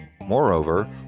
Moreover